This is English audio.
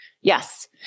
Yes